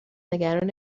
نگران